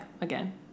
again